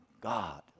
God